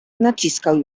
naciskał